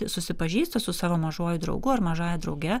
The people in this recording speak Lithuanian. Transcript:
susipažįsta su savo mažuoju draugu ar mažąja drauge